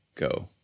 go